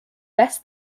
best